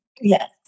Yes